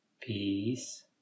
Peace